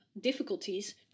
difficulties